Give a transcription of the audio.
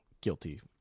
guilty